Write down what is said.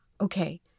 okay